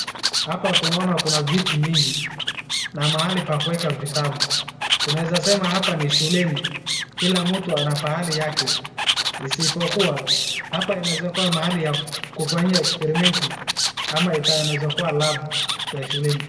Hap tunaona kuna viti mingi na mahali pa kueka vitabu. Tunaeza sema hapa ni shuleni. Kila mtu na pahali yake. Isipokuwa hapa inaweza kuwa mahali ya kufanyia ekperimenti ama inaeza kuwa lab ya shuleni.